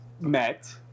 met